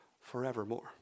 forevermore